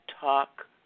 Talk